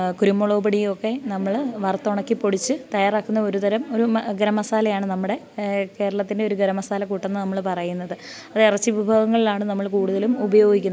കുരുമുളക് പൊടിയൊക്കെ നമ്മൾ വറത്ത് ഉണക്കി പൊടിച്ച് തയ്യാറാക്കുന്ന ഒരുതരം ഒരു ഗരംമസാലയാണ് നമ്മുടെ കേരളത്തിൻ്റെ ഒരു ഗരം മസാല കൂട്ടെന്ന് നമ്മൾ പറയുന്നത് അത് ഇറച്ചി വിഭവങ്ങളിലാണ് നമ്മൾ കൂടുതലും ഉപയോഗിക്കുന്നത്